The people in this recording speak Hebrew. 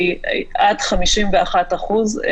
נכון.